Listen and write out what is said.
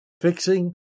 fixing